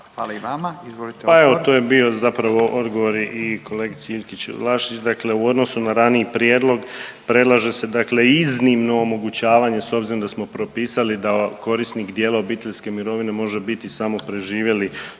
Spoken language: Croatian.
hvala i vama. Izvolite odgovor. **Piletić, Marin (HDZ)** Pa evo to je bio zapravo odgovor i kolegici Iljkić Vlašić, dakle u odnosu na raniji prijedlog predlaže se dakle iznimno omogućavanje s obzirom da smo propisali da korisnik dijela obiteljske mirovine može biti samo preživjeli